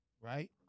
Right